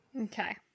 Okay